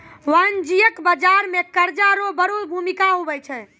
वाणिज्यिक बाजार मे कर्जा रो बड़ो भूमिका हुवै छै